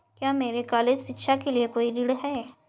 क्या मेरे कॉलेज शिक्षा के लिए कोई ऋण है?